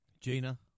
Gina